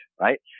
Right